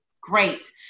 Great